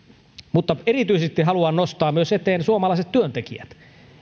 mutta erityisesti haluan nostaa eteen suomalaiset työntekijät